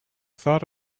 thought